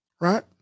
Right